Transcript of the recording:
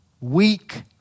weak